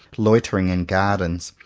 loitering in gardens,